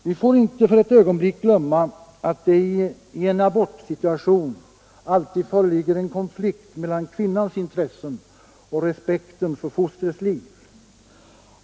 Vi får inte för ett ögonblick glömma att det i en abortsituation alltid föreligger en konflikt mellan kvinnans intressen och respekten för fostrets liv.